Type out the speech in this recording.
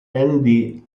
andy